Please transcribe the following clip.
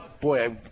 boy